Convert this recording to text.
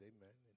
Amen